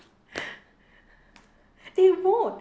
they won't